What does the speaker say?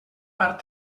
part